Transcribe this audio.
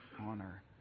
honor